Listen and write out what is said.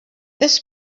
this